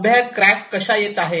उभ्या क्रॅक कश्या येत आहेत